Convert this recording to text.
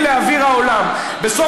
זה הכול.